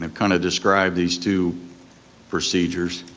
and kind of describe these two procedures.